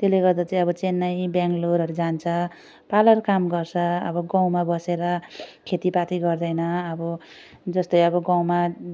त्यसले गर्दा चाहिँ अब चेन्नई बेङ्गलोरहरू जान्छ पार्लर काम गर्छ अब गाउँमा बसेर खेतीपाती गर्दैन अब जस्तै अब गाउँमा